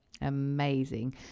Amazing